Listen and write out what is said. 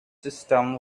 system